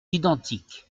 identiques